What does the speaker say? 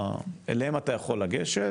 היא שאליהם אתה יכול לגשת,